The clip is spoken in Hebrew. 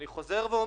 אני חוזר ואומר,